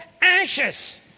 ashes